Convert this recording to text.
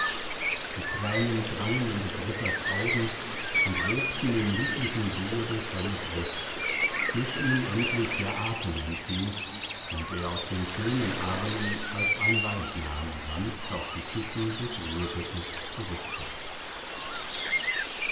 die tränen drangen in des ritter augen und wogten im lieblichen wehe durch seine brust bis ihm endlich der atem entging und er aus den schönen armen als ein leichnam sanft auf die kissen des ruhebettes